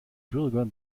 bürger